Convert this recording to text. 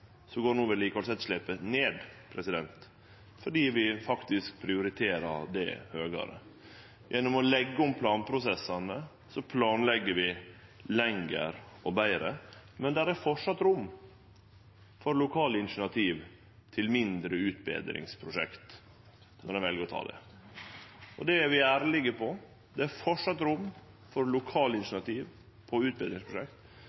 går no vedlikehaldsetterslepet ned – fordi vi faktisk prioriterer det høgare. Gjennom å leggje om planprosessane planlegg vi lenger og betre, men det er framleis rom for lokale initiativ til mindre utbetringsprosjekt når ein vel å ta det. Det er vi ærlege på – det er framleis rom for lokale